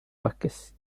vázquez